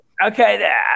Okay